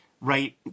right